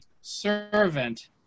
servant